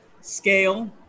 scale